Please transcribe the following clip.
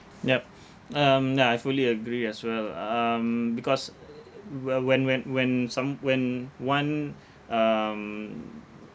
yup um ya I fully agree as well uh um because whe~ when when when some when one um